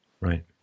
Right